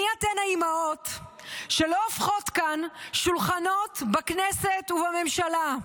מי אתן האימהות שלא הופכות כאן שולחנות בכנסת ובממשלה?